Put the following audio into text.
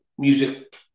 Music